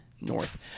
North